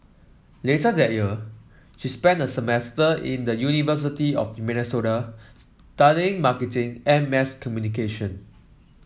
later that year she spent a semester in the University of Minnesota studying marketing and mass communication